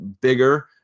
bigger